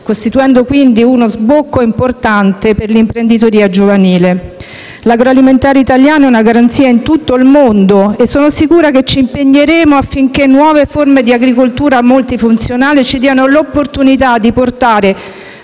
costituendo quindi uno sbocco importante per l'imprenditoria giovanile. L'agroalimentare italiano è una garanzia in tutto il mondo e sono sicura che ci impegneremo affinché nuove forme di agricoltura multifunzionale ci diano l'opportunità di portare